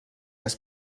als